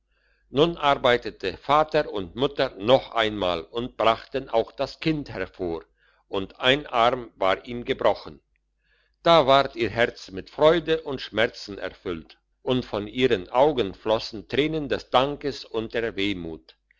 nun arbeitete vater und mutter noch einmal und brachten auch das kind hervor und ein arm war ihm gebrochen da ward ihr herz mit freude und schmerzen erfüllt und von ihren augen flossen tränen des dankes und der wehmut